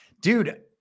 Dude